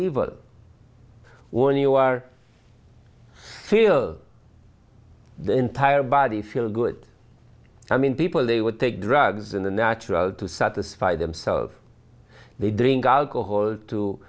evil one you are fill the entire body feel good i mean people they would take drugs and unnatural to satisfy themselves they drink alcohol to